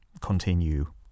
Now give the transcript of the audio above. continue